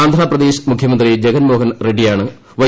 ആഫ്രാപ്രദേശ് മുഖ്യമന്ത്രി ജഗൻമോഹൻ റെഡ്സിയാണ് വൈ